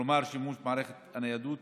כלומר שימוש במערכת הניידות